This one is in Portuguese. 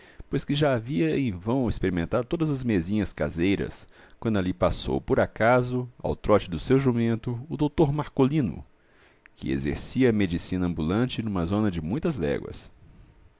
pois que já havia em vão experimentado todas as mesinhas caseiras quando ali passou por acaso ao trote do seu jumento o dr marcolino que exercia a medicina ambulante numa zona de muitas léguas